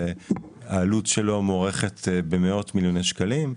כשהעלות שלו מוערכת במאות מיליוני שקלים.